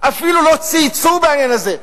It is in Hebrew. אפילו לא צייצו בעניין הזה.